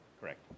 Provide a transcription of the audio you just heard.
Correct